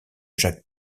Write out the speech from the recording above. jacques